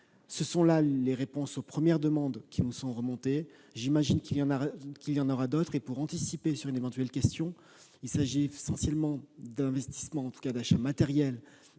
Ce sont là les réponses aux premières demandes qui nous sont remontées. J'imagine qu'il y en aura d'autres. Pour anticiper sur une éventuelle question, je précise qu'il s'agit essentiellement d'investissements, en tout cas d'achats de matériel,